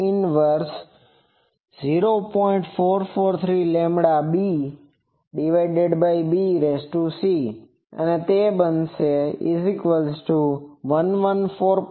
443λbc અને તે બનશે 114